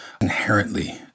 inherently